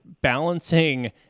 balancing